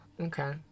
Okay